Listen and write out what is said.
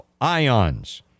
ions